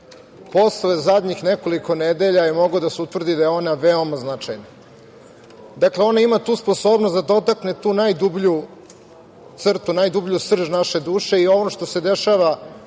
posle zadnjih nekoliko nedelja je moglo da se utvrdi da je ona veoma značajna. Dakle, ona ima tu sposobnost da dotakne tu najdublju crtu, najdublju srž naše duže. Ovo što se dešava,